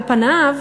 על פניו,